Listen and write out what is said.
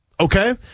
Okay